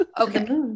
Okay